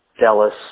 Dallas